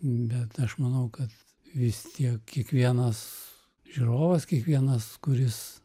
bet aš manau kad vis tiek kiekvienas žiūrovas kiekvienas kuris